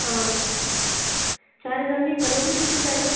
हाँ चार हज़ार में ये कलर भी फ़िक्स हो जाएगा